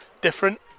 different